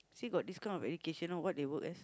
see got this kind of education all what they work as